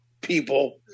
people